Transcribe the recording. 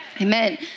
Amen